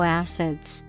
acids